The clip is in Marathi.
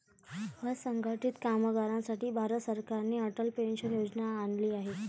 असंघटित कामगारांसाठी भारत सरकारने अटल पेन्शन योजना आणली आहे